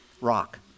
Rock